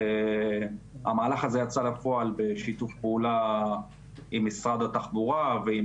המהלך הזה יצא לפועל בשיתוף פעולה עם משרד התחבורה ועם